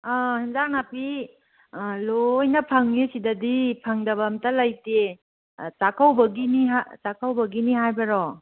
ꯑꯥ ꯑꯦꯟꯁꯥꯡ ꯅꯥꯄꯤ ꯂꯣꯏꯅ ꯐꯪꯉꯦ ꯁꯤꯗꯗꯤ ꯐꯪꯗꯕ ꯑꯝꯇ ꯂꯩꯇꯦ ꯆꯥꯛꯀꯧꯕꯒꯤꯅꯤ ꯍꯥꯏꯕꯔꯣ